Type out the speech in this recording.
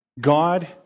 God